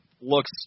looks